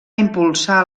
impulsar